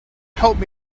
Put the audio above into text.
help